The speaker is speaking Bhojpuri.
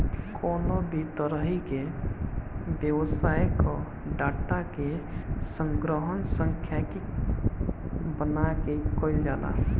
कवनो भी तरही के व्यवसाय कअ डाटा के संग्रहण सांख्यिकी बना के कईल जाला